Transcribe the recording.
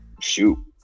Shoot